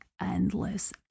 endless